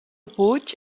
puig